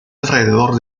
alrededor